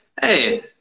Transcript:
hey